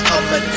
I'ma